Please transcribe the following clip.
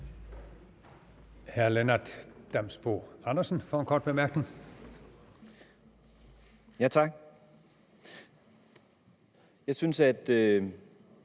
Hr. Lennart Damsbo-Andersen for en kort bemærkning. Kl.